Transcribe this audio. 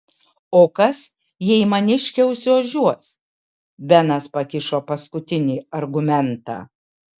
o kas jei maniškė užsiožiuos benas pakišo paskutinį argumentą